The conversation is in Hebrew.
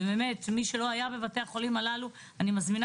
ומי שלא היה בבתי החולים הללו אני מזמינה